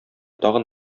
тагын